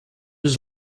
was